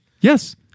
yes